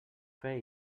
fer